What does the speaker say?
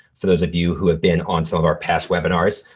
for those of you who have been on some of our past webinars,